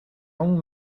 aun